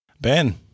Ben